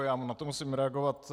Já na to musím reagovat.